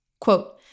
Quote